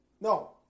No